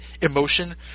emotion